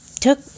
took